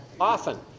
often